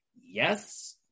Yes